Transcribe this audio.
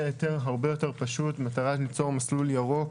היתר הרבה יותר פשוט במטרה ליצור מסלול ירוק